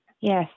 yes